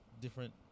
different